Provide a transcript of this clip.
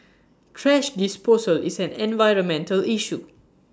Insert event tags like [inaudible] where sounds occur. [noise] thrash disposal is an environmental issue